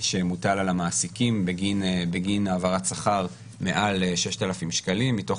שמוטל על המעסיקים בגין העברת שכר מעל ל-6,000 שקלים מתוך